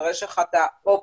יש לך את האופציה,